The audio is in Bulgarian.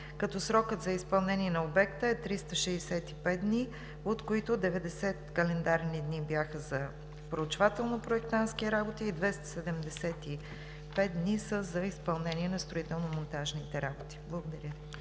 като срокът за изпълнение на обекта е 365 дни, от които 90 календарни дни бяха за проучвателно-проектантски работи, а 275 дни са за изпълнение на строително-монтажните работи. Благодаря